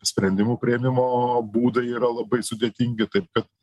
sprendimų priėmimo būdai yra labai sudėtingi taip kad